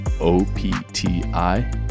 O-P-T-I